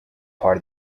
part